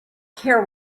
care